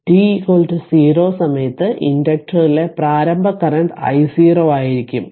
t 0 സമയത്ത് ഇൻഡക്റ്ററിലെ പ്രാരംഭ കറന്റ് I0 ആയിരിക്കും